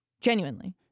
Genuinely